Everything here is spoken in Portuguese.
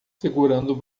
segurando